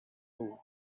hole